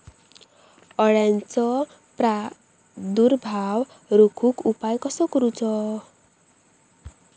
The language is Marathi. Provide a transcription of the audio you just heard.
अळ्यांचो प्रादुर्भाव रोखुक उपाय कसो करूचो?